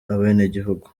abenegihugu